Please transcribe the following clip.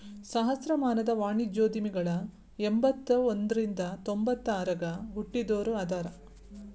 ಸಹಸ್ರಮಾನದ ವಾಣಿಜ್ಯೋದ್ಯಮಿಗಳ ಎಂಬತ್ತ ಒಂದ್ರಿಂದ ತೊಂಬತ್ತ ಆರಗ ಹುಟ್ಟಿದೋರ ಅದಾರ